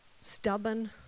stubborn